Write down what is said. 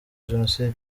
jenoside